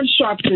Sharpton